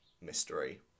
mystery